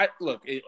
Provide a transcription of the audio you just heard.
look